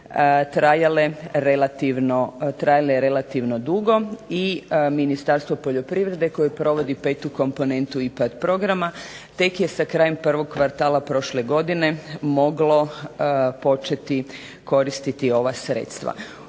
trajale relativno dugo. I Ministarstvo poljoprivrede koje provodi petu komponentu IPARD programa tek je sa krajem prvog kvartala prošle godine moglo početi koristiti ova sredstva.